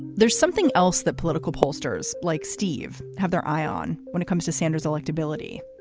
there's something else that political pollsters like steve have their eye on when it comes to sanders electability.